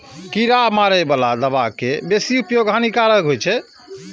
कीड़ा मारै बला दवा के बेसी उपयोग हानिकारक होइ छै